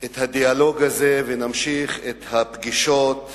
את הדיאלוג הזה ונמשיך את הפגישות